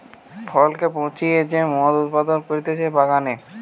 ফলকে পচিয়ে পচিয়ে যে মদ উৎপাদন করতিছে বাগানে